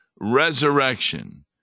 resurrection